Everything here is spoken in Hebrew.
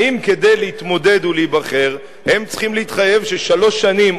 האם כדי להתמודד ולהיבחר הם צריכים להתחייב ששלוש שנים,